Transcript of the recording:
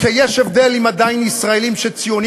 כי יש הבדל אם עדיין ישראלים שהם ציונים